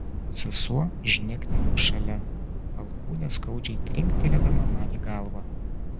sesuo žnektelėjo šalia alkūne skaudžiai trinktelėdama man į galvą